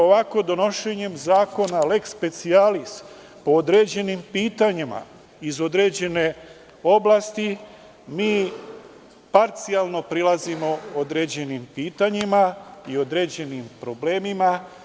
Ovakvim donošenjem zakona, leks specijalis, po određenim pitanjima, iz određene oblasti, mi parcijalno prilazimo određenim pitanjima i određenim problemima.